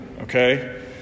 Okay